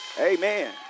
Amen